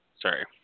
Sorry